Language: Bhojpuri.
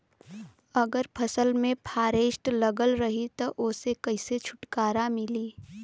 अगर फसल में फारेस्ट लगल रही त ओस कइसे छूटकारा मिली?